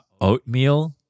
Oatmeal